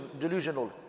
delusional